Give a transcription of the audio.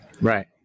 Right